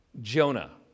Jonah